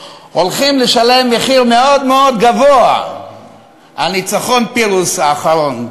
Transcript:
הולכים לשלם מחיר מאוד מאוד גבוה על ניצחון פירוס האחרון.